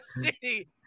city